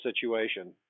situation